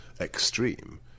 extreme